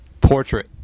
Portrait